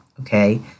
Okay